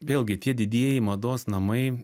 vėlgi tie didieji mados namai